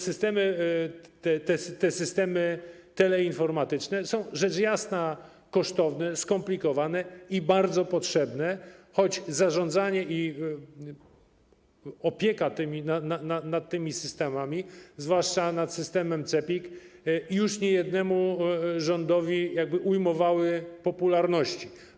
Systemy teleinformatyczne są rzecz jasna kosztowne, skomplikowane i bardzo potrzebne, choć zarządzanie i opieka nad tymi systemami, zwłaszcza nad systemem CEPiK, już niejednemu rządowi jakby ujmowały popularności.